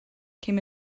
came